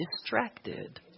distracted